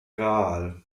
gral